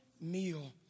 meal